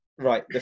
right